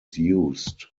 used